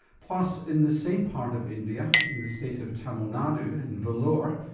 plus in the same part of india, in the state of tamil nadu in vellore,